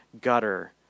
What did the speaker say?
gutter